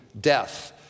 death